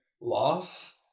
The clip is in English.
loss